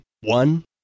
One